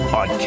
on